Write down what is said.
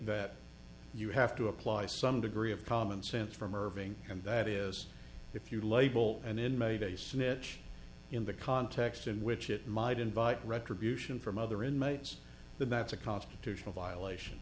that you have to apply some degree of common sense from irving and that is if you label an inmate a snitch in the context in which it might invite retribution from other inmates the matzoh constitutional violation